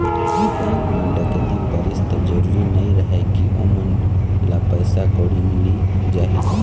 bank म डकैती परिस त जरूरी नइ रहय के ओमन ल पइसा कउड़ी मिली जाही